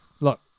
Look